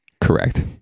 Correct